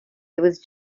was